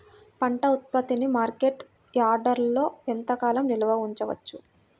పంట ఉత్పత్తిని మార్కెట్ యార్డ్లలో ఎంతకాలం నిల్వ ఉంచవచ్చు?